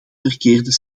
verkeerde